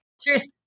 Cheers